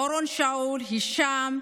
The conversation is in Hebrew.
אורון שאול, הישאם,